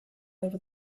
over